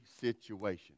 situation